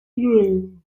doing